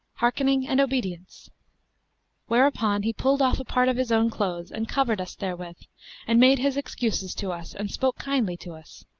hearkening and obedience whereupon he pulled off a part of his own clothes and covered us therewith and made his excuses to us and spoke kindly to us.